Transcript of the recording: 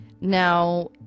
now